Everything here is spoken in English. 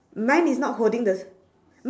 mine is not holding the